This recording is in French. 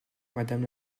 madame